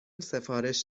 سفارش